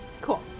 cool